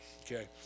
okay